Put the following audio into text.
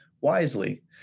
wisely